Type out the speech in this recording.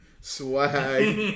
Swag